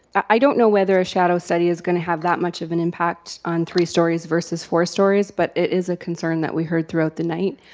i don't know whether a shadow study is gonna have that much of an impact on three stories versus four stories, but it is a concern that we heard throughout the night.